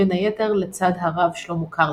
בין היתר לצד הרב שלמה קרליבך.